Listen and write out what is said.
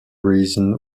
reason